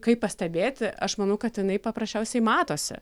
kaip pastebėti aš manau kad jinai paprasčiausiai matosi